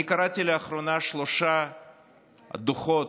לאחרונה קראתי שלושה דוחות,